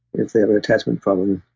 if they have an attachment problem.